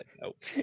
nope